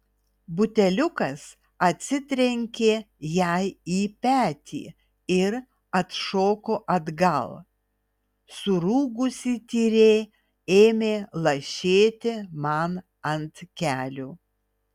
buteliukas atsitrenkė jai į petį ir atšoko atgal surūgusi tyrė ėmė lašėti man ant kelių